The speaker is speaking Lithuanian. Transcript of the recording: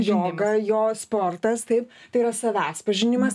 joga jo sportas taip tai yra savęs pažinimas